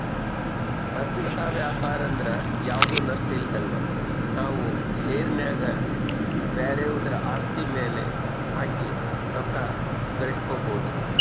ಭದ್ರತಾ ವ್ಯಾಪಾರಂದ್ರ ಯಾವ್ದು ನಷ್ಟಇಲ್ದಂಗ ನಾವು ಷೇರಿನ್ಯಾಗ ಬ್ಯಾರೆವುದ್ರ ಆಸ್ತಿ ಮ್ಯೆಲೆ ಹಾಕಿ ರೊಕ್ಕ ಗಳಿಸ್ಕಬೊದು